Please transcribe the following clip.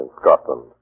Scotland